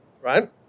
right